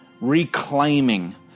reclaiming